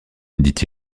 dit